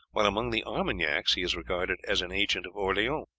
while among the armagnacs he is regarded as an agent of orleans.